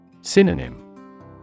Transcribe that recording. Synonym